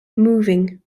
moving